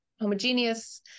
homogeneous